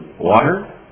water